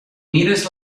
mires